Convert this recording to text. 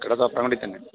കട തോപ്രാംകുടിയിൽ തന്നെ